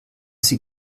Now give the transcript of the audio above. sie